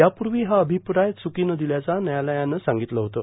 यापूर्वी हा अभिप्राय च्कीनं दिल्याचा न्यायालयानं सांगितलं होतं